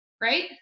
right